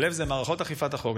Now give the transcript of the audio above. הלב זה מערכות אכיפת החוק.